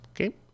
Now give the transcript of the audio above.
okay